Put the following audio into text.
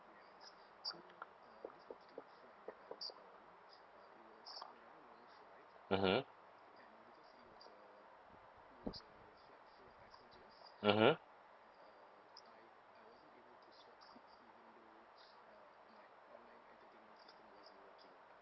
mmhmm mmhmm